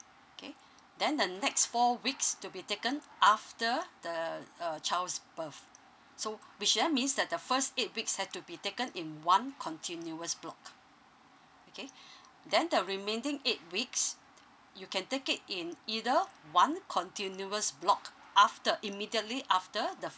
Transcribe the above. okay then the next four weeks to be taken after the uh child's birth so whichever means that the first eight weeks have to be taken in one continuous block okay then the remaining eight weeks you can take it in either one continuous block after immediately after the